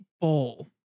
bowl